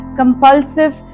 compulsive